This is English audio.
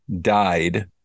died